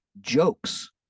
jokes